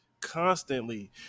constantly